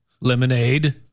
Lemonade